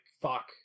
fuck